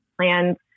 plans